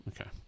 Okay